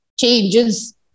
changes